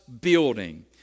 building